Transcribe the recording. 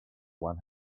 one